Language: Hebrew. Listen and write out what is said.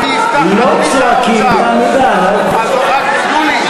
חברת הכנסת גלאון,